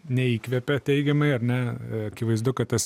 neįkvepia teigiamai ar ne akivaizdu kad tas